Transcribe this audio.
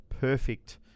perfect